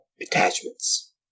attachments